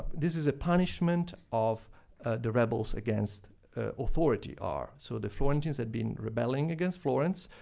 this is a punishment of the rebels against authority are, so the florentines had been rebelling against florence,